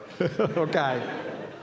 Okay